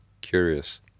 curious